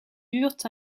eurent